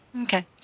Okay